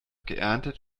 geerntet